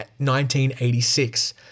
1986